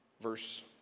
verse